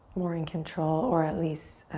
more in control or at least